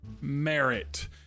Merit